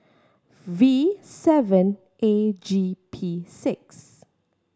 V seven A G P six